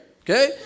Okay